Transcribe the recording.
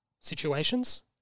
situations